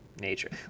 nature